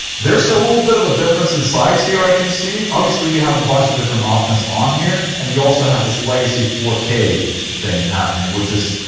there's a little bit of a difference in size here i can see obviously you have a bunch of different options on here and you also have this legacy four k thing happening, which is.